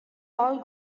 all